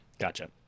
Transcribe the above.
Gotcha